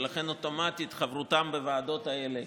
ולכן אוטומטית חברותם בוועדות האלה